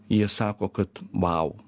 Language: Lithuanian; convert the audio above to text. jie sako kad vau